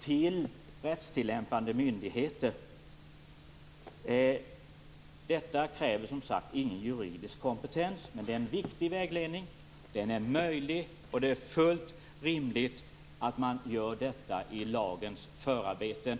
till rättstillämpande myndigheter? Detta kräver ingen juridisk kompetens, men det är en viktig vägledning. Den är möjlig att ge, och det är fullt rimligt att den ges i lagens förarbeten.